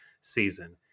season